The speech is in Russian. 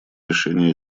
решении